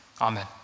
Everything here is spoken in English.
amen